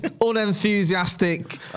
unenthusiastic